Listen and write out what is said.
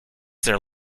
their